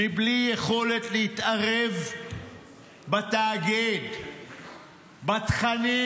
מבלי יכולת להתערב בתאגיד, בתכנים,